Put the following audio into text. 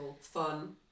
Fun